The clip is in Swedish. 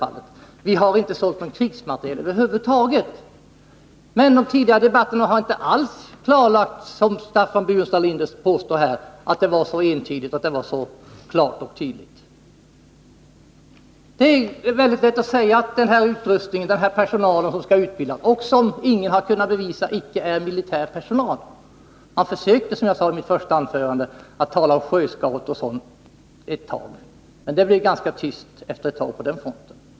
All right, det skedde kanske inte i just det här fallet. Men i de tidigare debatterna har det inte alls, som Staffan Burenstam Linder påstår, visat sig vara så klart och tydligt. Det är mycket lätt att säga att den här utrustningen och den här personalen som skall utbildas inte är av militärt slag. Men ingen har kunnat bevisa att det inte rör sig om militär personal. Man försökte ett tag, som jag sade i mitt första anförande, att tala om sjöscouter och sådant. Efter en tid blev det emellertid ganska tyst på den punkten.